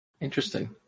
Interesting